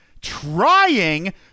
trying